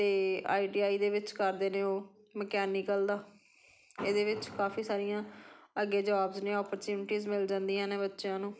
ਅਤੇ I T I ਦੇ ਵਿੱਚ ਕਰਦੇ ਨੇ ਉਹ ਮਕੈਨੀਕਲ ਦਾ ਇਹਦੇ ਵਿੱਚ ਕਾਫ਼ੀ ਸਾਰੀਆਂ ਅੱਗੇ ਜੌਬਸ ਨੇ ਓਪਰਚਨਿਟੀਸ ਮਿਲ ਜਾਂਦੀਆਂ ਨੇ ਬੱਚਿਆਂ ਨੂੰ